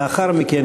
לאחר מכן,